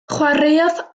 chwaraeodd